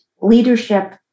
leadership